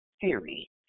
theory